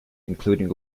including